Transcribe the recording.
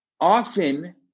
Often